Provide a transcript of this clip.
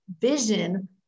vision